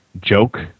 joke